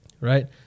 Right